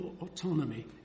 autonomy